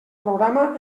programa